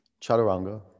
chaturanga